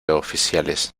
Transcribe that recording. oficiales